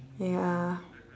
ya